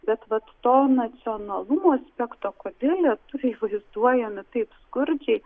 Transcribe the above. bet vat to nacionalumo aspekto kodėl lietuviai vaizduojami taip skurdžiai